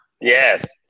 yes